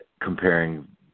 comparing